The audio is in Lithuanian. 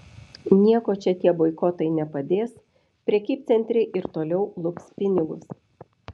nieko čia tie boikotai nepadės prekybcentriai ir toliau lups pinigus